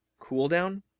cooldown